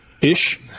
Ish